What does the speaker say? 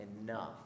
enough